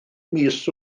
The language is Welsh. mis